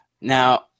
Now